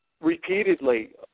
repeatedly